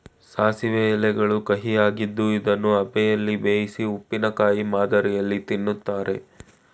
ಸಾಸಿವೆ ಎಲೆಗಳು ಕಹಿಯಾಗಿದ್ದು ಇದನ್ನು ಅಬೆಯಲ್ಲಿ ಬೇಯಿಸಿ ಉಪ್ಪಿನಕಾಯಿ ಮಾದರಿಯಲ್ಲಿ ತಿನ್ನುತ್ತಾರೆ